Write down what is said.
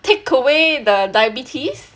take away the diabetes